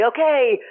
okay